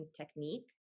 technique